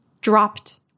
dropped